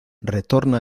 retorna